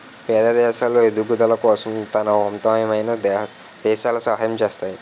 పేద దేశాలు ఎదుగుదల కోసం తనవంతమైన దేశాలు సహాయం చేస్తాయి